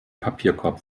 papierkorb